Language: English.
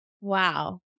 Wow